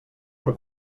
per